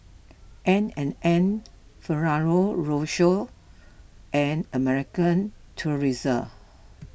N and N Ferrero Rocher and American Tourister